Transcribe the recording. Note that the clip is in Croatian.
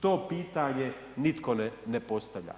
To pitanje nitko ne postavlja.